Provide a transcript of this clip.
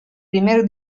primer